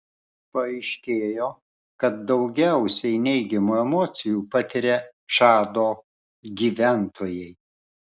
paaiškėjo kad daugiausiai neigiamų emocijų patiria čado gyventojai